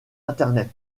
internet